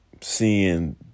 seeing